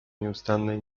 nieustannej